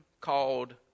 called